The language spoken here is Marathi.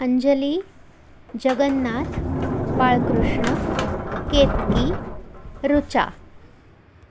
अंजली जगन्नाथ बाळकृष्ण केतकी ऋचा